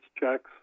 checks